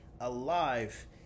alive